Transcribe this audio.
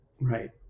Right